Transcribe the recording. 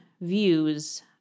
views